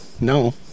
no